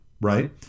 right